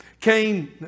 Cain